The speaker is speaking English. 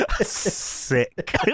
Sick